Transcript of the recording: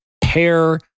pair